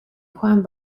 juan